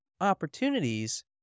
opportunities